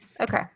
Okay